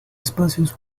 espacios